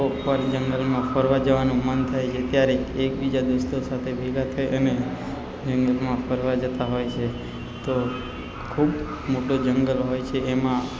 કોઈક વાર જંગલમાં ફરવા જવાનું મન થાય છે ત્યારે એકબીજા દોસ્તો સાથે ભેગા થઈ અને જંગલમાં ફરવા જતાં હોય છે તો ખૂબ મોટો જંગલ હોય છે એમાં